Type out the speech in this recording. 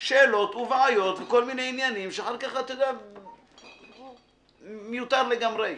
שאלות ובעיות וכל מיני עניינים שהם מיותרים לגמרי.